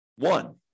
one